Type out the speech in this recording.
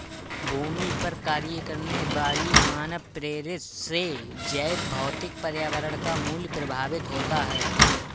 भूमि पर कार्य करने वाली मानवप्रेरित से जैवभौतिक पर्यावरण का मूल्य प्रभावित होता है